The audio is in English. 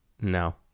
No